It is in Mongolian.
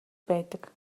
байдаг